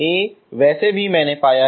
A वैसे भी मैंने पाया है